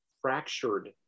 fractured